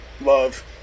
Love